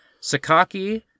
Sakaki